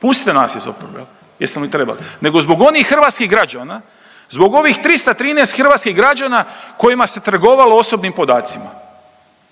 Pustite nas iz oporbe, jesmo li trebali, nego zbog onih hrvatskih građana, zbog ovih 313 hrvatskih građana kojima se trgovalo osobnim podacima,